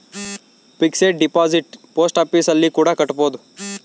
fixed deposit post office ಅಲ್ಲಿ ಕೂಡ ಕಟ್ಬೋದು